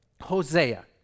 Hosea